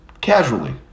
Casually